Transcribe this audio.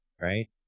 Right